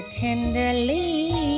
tenderly